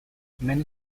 many